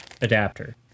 adapter